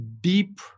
deep